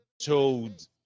showed